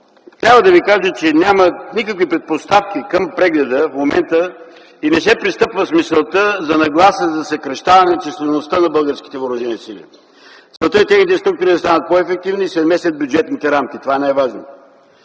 Трябва да Ви кажа, че няма никакви предпоставки към прегледа към момента и не се пристъпва с мисълта за нагласа за съкращаване числеността на Българските въоръжени сили. Целта е техните структури да станат по-ефективни и да се вместят в бюджетните рамки. Това е най-важното.